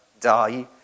die